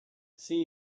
see